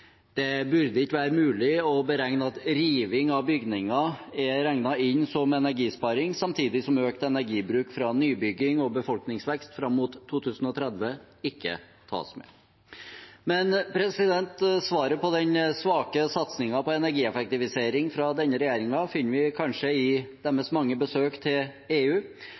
Det burde ikke være mulig å beregne at riving av bygninger er regnet inn som energisparing, samtidig som økt energibruk fra nybygging og befolkningsvekst fram mot 2030 ikke tas med. Men svaret på den svake satsingen på energieffektivisering fra denne regjeringen finner vi kanskje i dens mange besøk til EU.